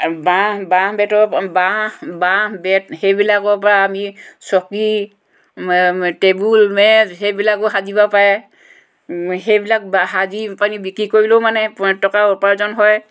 বাঁহ বাঁহ বেতৰ বাঁহ বেত সেইবিলাকৰ পৰা আমি চকী টেবুল মেজ সেইবিলাকো সাজিব পাৰে সেইবিলাক বা সাজি পানি বিক্ৰী কৰিলেও মানে টকা উপাৰ্জন হয়